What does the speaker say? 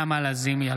נעמה לזימי,